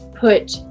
Put